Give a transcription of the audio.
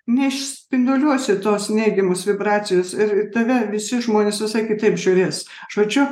neišspinduliuosi tos neigiamos vibracijos ir į tave visi žmonės visai kitaip žiūrės žodžiu